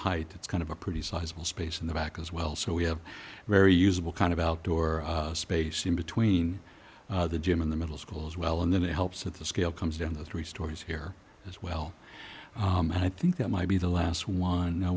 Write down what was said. height it's kind of a pretty sizable space in the back as well so we have very usable kind of outdoor space in between the gym in the middle school as well and then it helps with the scale comes down to three stories here as well i think that might be the last one